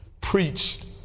preached